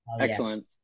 Excellent